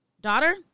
Daughter